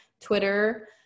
twitter